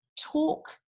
talk